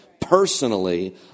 personally